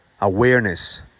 Awareness